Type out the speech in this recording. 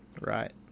right